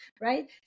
right